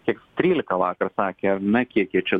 kiek trylika vakar sakė ar ne kiek jie čia